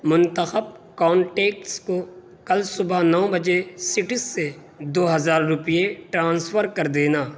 منتخب کانٹیکٹس کو کل صبح نو بجے سٹس سے دو ہزار روپیے ٹرانسفر کر دینا